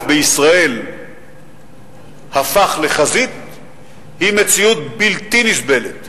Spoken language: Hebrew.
בישראל הפך לחזית היא מציאות בלתי נסבלת.